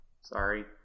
sorry